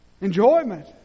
Enjoyment